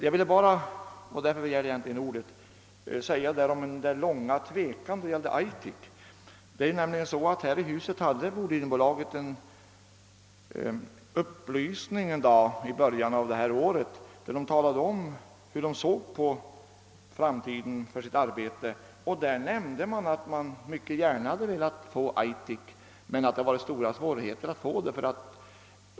Jag begärde egentligen ordet för att säga något om den rätt långa tveka. som förelegat beträffande Aitik. Bolidenbolaget gav i början av detta år en upplysning eller information här i huset. Bolaget talade då om hur man såg på framtiden beträffande sitt arbete. Då nämndes att man mycket gärna hade velat få Aitik, men att det hade varit stora svårigheter därvidlag.